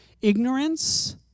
ignorance